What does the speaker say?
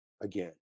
again